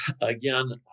again